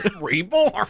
Reborn